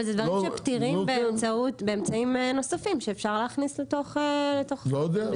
אבל זה דברים שפתירים באמצעים נוספים שאפשר להכניס לתוך --- לא יודע.